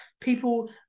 people